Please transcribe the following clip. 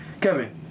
Kevin